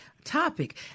topic